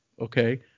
Okay